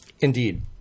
Indeed